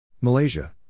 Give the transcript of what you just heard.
Malaysia